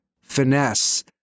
finesse